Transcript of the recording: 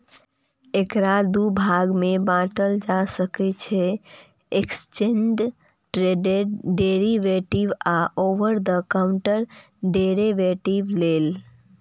एकरा दू भाग मे बांटल जा सकै छै, एक्सचेंड ट्रेडेड डेरिवेटिव आ ओवर द काउंटर डेरेवेटिव लेल